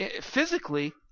physically